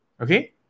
Okay